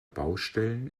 baustellen